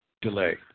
Delay